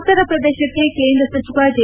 ಉತ್ತರ ಪ್ರದೇಶಕ್ಕೆ ಕೇಂದ್ರ ಸಚಿವ ಜೆ